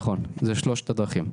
אלה הן שלושת הדרכים.